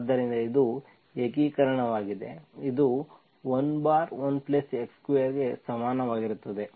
ಆದ್ದರಿಂದ ಇದು ಏಕೀಕರಣವಾಗಿದೆ ಇದು 11x2 ಗೆ ಸಮಾನವಾಗಿರುತ್ತದೆ